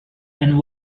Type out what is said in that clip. and